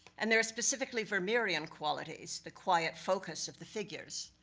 and there are specifically vermeerian qualities, the quiet focus of the figures,